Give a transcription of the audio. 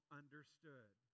understood